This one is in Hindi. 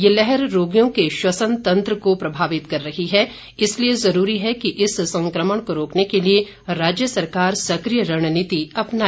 ये लहर रोगियों के श्वसन तंत्र को प्रभावित कर रही है इस लिए जरूरी है कि इस संक्रमण को रोकने के लिए राज्य सरकार सक्रिय रणनीति अपनाए